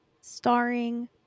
Starring